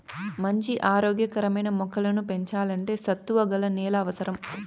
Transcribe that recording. మంచి ఆరోగ్య కరమైన మొక్కలను పెంచల్లంటే సత్తువ గల నేల అవసరం